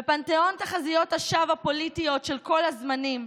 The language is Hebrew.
בפנתיאון תחזיות השווא הפוליטיות של כל הזמנים,